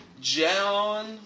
John